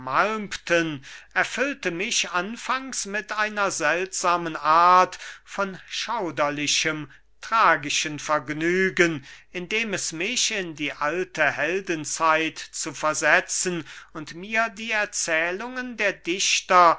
erfüllte mich anfangs mit einer seltsamen art von schauderlichem tragischen vergnügen indem es mich in die alte heldenzeit zu versetzen und mir die erzählungen der dichter